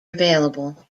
available